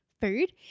food